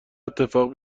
اتفاق